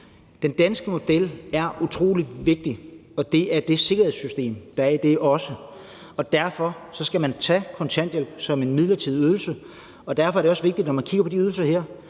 Den danske model er utrolig vigtig, og det er det sikkerhedssystem, som er i den, også, og derfor skal man tage kontanthjælp som en midlertidig ydelse. Derfor er det også vigtigt, når man kigger på de her ydelser,